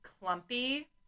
clumpy